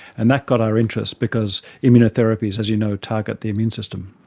and that got our interest because immunotherapies, as you know, target the immune system.